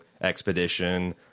expedition